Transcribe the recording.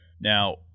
Now